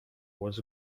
was